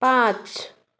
पाँच